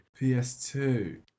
PS2